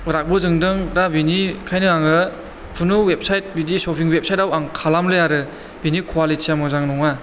रागाबो जोंदों दा बिनिखायनो आङो खुनु वेबसाइट बिदि शपिं वेबसाइट आव आं खालामला आरो बिनि क्वालिटिया मोजां नङा